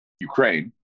Ukraine